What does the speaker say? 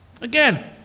Again